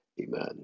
Amen